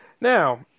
Now